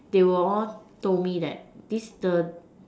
they will all told me that this the